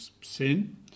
sin